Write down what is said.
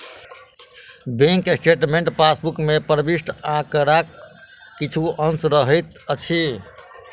bank statement passbook मे प्रविष्ट आंकड़ाक किछु अंश रहैत अछि